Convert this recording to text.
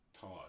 Todd